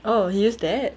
oh he used that